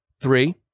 three